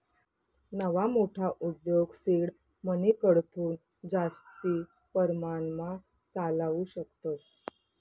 नवा मोठा उद्योग सीड मनीकडथून जास्ती परमाणमा चालावू शकतस